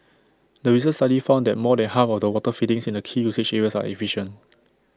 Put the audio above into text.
the recent study found that more than half of the water fittings in the key usage areas are efficient